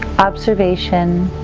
observation,